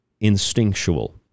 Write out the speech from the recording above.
instinctual